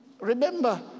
remember